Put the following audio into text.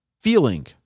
feeling